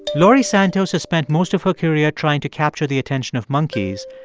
laurie santos has spent most of her career trying to capture the attention of monkeys,